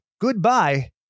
goodbye